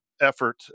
effort